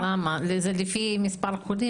אז שתדעו שהמצב בנוירולוגיה,